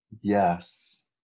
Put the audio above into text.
Yes